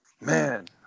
man